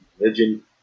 religion